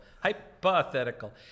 hypothetical